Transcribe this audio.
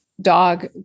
dog